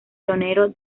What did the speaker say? pionero